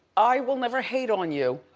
i will never hate on you.